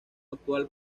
actual